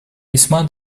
весьма